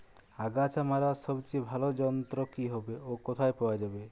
আগাছা মারার সবচেয়ে ভালো যন্ত্র কি হবে ও কোথায় পাওয়া যাবে?